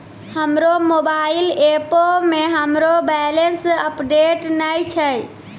हमरो मोबाइल एपो मे हमरो बैलेंस अपडेट नै छै